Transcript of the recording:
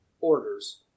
orders